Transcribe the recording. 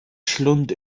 schlund